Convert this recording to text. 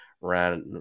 ran